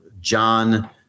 John